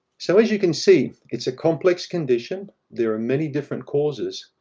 so as you can see, it's a complex condition. there are many different causes,